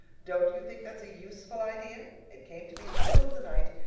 don't you think that's a useful idea? it came to me in the middle of the night,